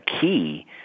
key